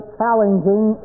challenging